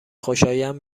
خوشایند